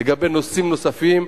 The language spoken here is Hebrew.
לגבי נושאים נוספים,